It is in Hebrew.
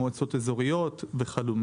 מועצות אזוריות וכד'.